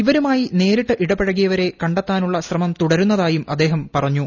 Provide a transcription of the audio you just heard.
ഇവരുമായി നേരിട്ട് ഇടപഴകിയവരെ കണ്ടെത്താനുള്ള ശ്രമം തുടരുന്നതായും അദ്ദേഹം പറഞ്ഞു